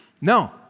No